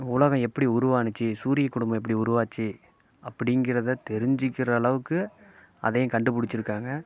உலகம் எப்படி உருவானுச்சு சூரிய குடும்பம் எப்படி உருவாச்சு அப்படிங்கிறத தெரிஞ்சிக்கற அளவுக்கு அதையும் கண்டுபிடிச்சிருக்காங்க